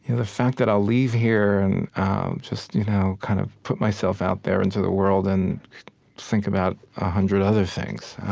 the fact that i'll leave here and i'll just you know kind of put myself out there into the world and think about a hundred other things.